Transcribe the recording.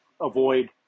avoid